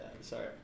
sorry